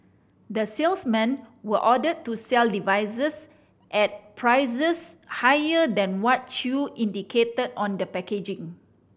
the salesmen were ordered to sell devices at prices higher than what Chew indicated on the packaging